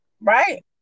Right